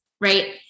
right